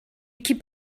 keep